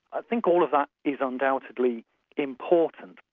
i think all of that is undoubtedly important,